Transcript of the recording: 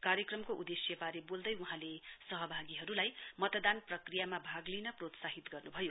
कार्यक्रमको उदेश्यवारे बोल्दै वहाँले सहभागीहरुलाई मतदान प्रक्रियामा भाग लिन प्रोत्साहित गर्नुभयो